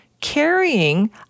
carrying